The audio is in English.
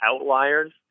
outliers